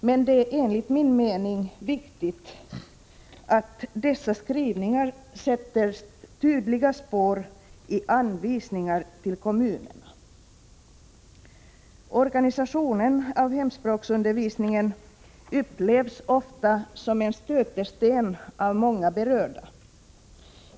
Men det är enligt min mening viktigt att dessa skrivningar sätter tydliga spår i anvisningar till kommunerna. Organisationen av hemspråksundervisningen upplevs ofta som en stötesten av många berörda.